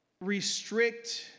restrict